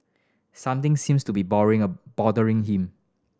something seems to be boring a bothering him